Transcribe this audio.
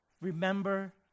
remember